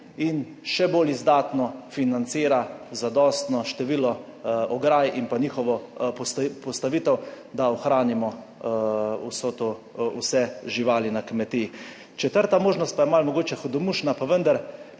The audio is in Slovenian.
in še bolj izdatno financira zadostno število ograj in pa njihovo postavitev, da ohranimo vse živali na kmetiji. Četrta možnost pa je malo mogoče hudomušna,